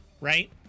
right